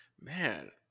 man